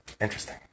Interesting